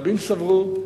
רבים סברו,